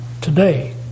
today